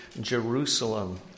Jerusalem